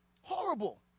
Horrible